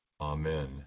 Amen